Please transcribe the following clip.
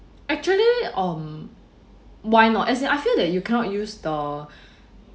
actually um why not as in I feel that you cannot use the